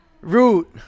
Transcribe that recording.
Root